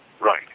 Right